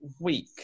week